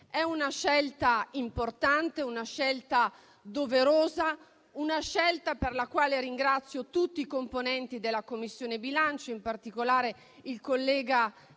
È una scelta importante, una scelta doverosa, una scelta per la quale ringrazio tutti i componenti della Commissione bilancio, in particolare il collega